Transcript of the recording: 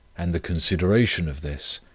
and the consideration of this,